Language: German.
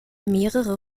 mehrere